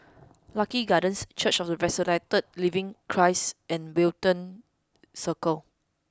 Lucky Gardens Church of the Resurrected Living Christ and Wellington Circle